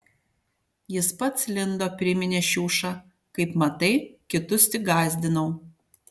jis pats lindo priminė šiuša kaip matai kitus tik gąsdinau